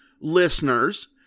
listeners